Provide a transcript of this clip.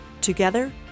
Together